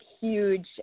huge